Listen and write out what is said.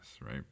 right